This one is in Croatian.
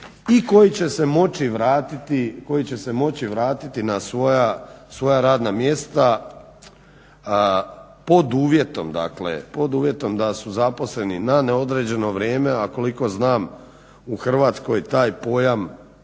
i koji će se moći vratiti na svoja radna mjesta pod uvjetom dakle da su zaposleni na neodređeno vrijeme. A koliko znam u Hrvatskoj taj pojam